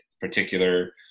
particular